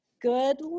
Good